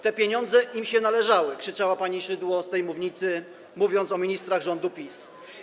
Te pieniądze im się należały - krzyczała pani Szydło z tej mównicy, mówiąc o ministrach rządu PiS.